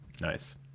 nice